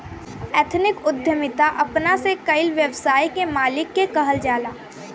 ethnic उद्यमिता अपना से कईल व्यवसाय के मालिक के कहल जाला